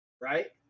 Right